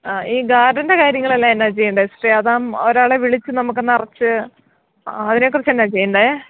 ആ ഈ ഗാർഡനിൻ്റെ കാര്യങ്ങളെല്ലാം എന്താണ് ചെയ്യേണ്ടത് സിസ്റ്ററെ അതാം ഒരാളെ വിളിച്ച് നമുക്ക് നിറച്ച് അതിനെക്കുറിച്ച് എന്താണ് ചെയ്യേണ്ടത്